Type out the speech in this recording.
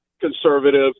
conservative